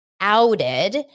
outed